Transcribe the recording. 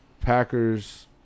Packers